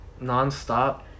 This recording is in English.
nonstop